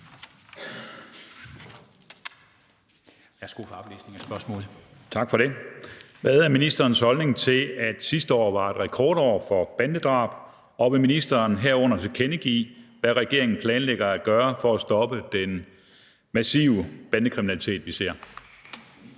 Hvad er ministerens holdning til, at sidste år var et rekordår for bandedrab, og vil ministeren herunder tilkendegive, hvad regeringen planlægger at gøre for at stoppe den massive bandekriminalitet? Skriftlig